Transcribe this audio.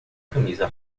camisa